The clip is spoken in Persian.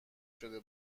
شده